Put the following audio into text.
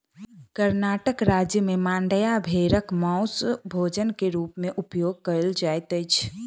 कर्णाटक राज्य में मांड्या भेड़क मौस भोजन के रूप में उपयोग कयल जाइत अछि